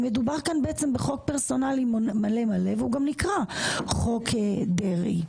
מדובר כאן בחוק פרסונלי מלא מלא והוא גם נקרא חוק דרעי.